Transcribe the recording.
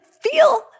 feel